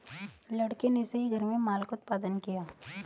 लड़के ने सही घर में माल का उत्पादन किया